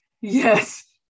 Yes